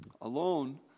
Alone